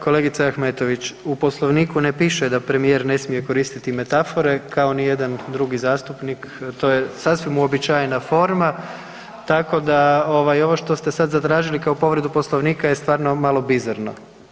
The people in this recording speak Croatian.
Kolegice Ahmetović, u Poslovniku ne piše da premijer ne smije koristiti metafore, kao nijedan drugi zastupnik, to je sasvim uobičajena forma, tako da ovo što ste sad zatražili kao povredu Poslovnika je stvarno malo bizarno.